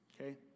Okay